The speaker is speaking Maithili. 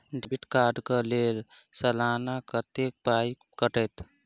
डेबिट कार्ड कऽ लेल सलाना कत्तेक पाई कटतै?